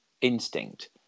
instinct